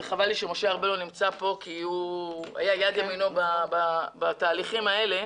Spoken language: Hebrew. וחבל שמשה ארבל לא נמצא כאן כי הוא היה יד ימינו בתהליכים האלה,